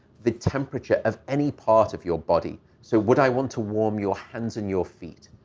the temperature of any part of your body. so would i want to warm your hands and your feet?